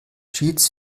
cheats